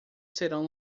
serão